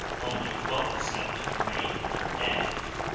only twelve percent remained undamaged.